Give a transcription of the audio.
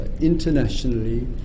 internationally